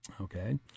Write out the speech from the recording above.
okay